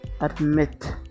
admit